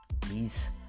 Please